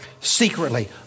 secretly